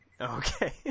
Okay